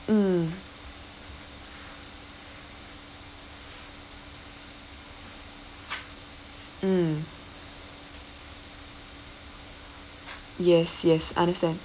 mm mm yes yes understand